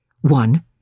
One